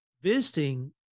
visiting